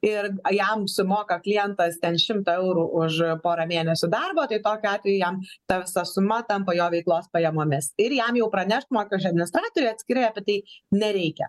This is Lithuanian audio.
ir jam sumoka klientas ten šimtą eurų už pora mėnesių darbo tai tokiu atveju jam ta suma tampa jo veiklos pajamomis ir jam jau pranešt mokesčių administratorei atskirai apie tai nereikia